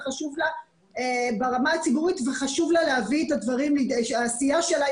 וחשוב לה ברמה הציבורית וחשוב לה להביא את הדברים ואת העשייה שלה.